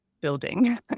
building